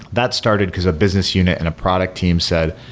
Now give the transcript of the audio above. that started because a business unit and a product team said,